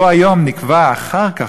אותו היום נקבע אחר כך,